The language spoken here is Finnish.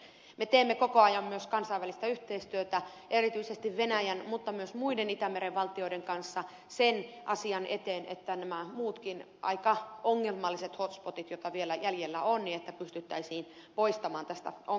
me teemme koko ajan myös kansainvälistä yhteistyötä erityisesti venäjän mutta myös muiden itämeren valtioiden kanssa sen asian eteen että nämä muutkin aika ongelmalliset hot spotit joita vielä jäljellä on pystyttäisiin poistamaan ongelmalistalta